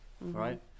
right